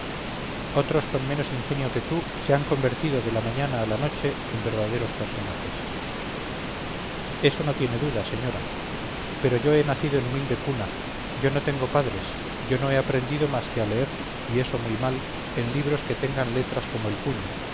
otros con menos ingenio que tú se han convertido de la mañana a la noche en verdaderos personajes eso no tiene duda señora pero yo he nacido en humilde cuna yo no tengo padres yo no he aprendido más que a leer y eso muy mal en libros que tengan letras como el puño